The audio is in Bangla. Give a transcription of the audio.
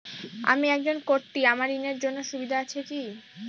আমি একজন কট্টি আমার জন্য ঋণের সুবিধা আছে কি?